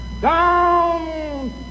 down